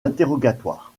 interrogatoire